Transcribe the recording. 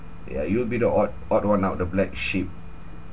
yeah you'll be the odd odd one out the black sheep